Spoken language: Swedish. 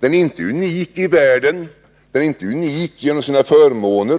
Den är inte unik i världen. Den är inte unik genom sina förmåner.